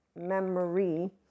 memory